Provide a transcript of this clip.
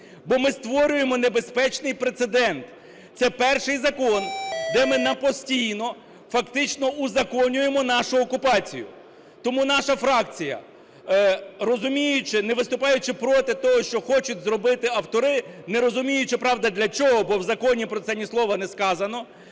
Бо ми створюємо небезпечний прецедент. Це перший закон, де ми на постійно фактично узаконюємо нашу окупацію. Тому наша фракція, розуміючи… не виступаючи проти того, що хочуть зробити автори, не розуміючи, правда, для чого, бо в законі про це ні слова не сказано,